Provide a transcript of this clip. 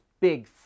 big